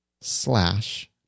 slash